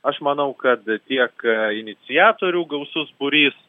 aš manau kad tiek iniciatorių gausus būrys